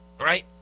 right